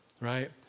Right